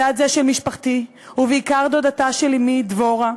צד זה של משפחתי, ובעיקר דודתה של אמי, דבורה,